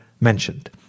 mentioned